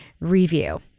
review